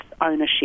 ownership